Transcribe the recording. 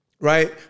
right